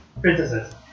princesses